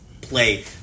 play